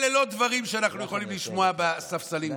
אלה לא דברים שאנחנו יכולים לשמוע בספסלים כאן.